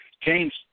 James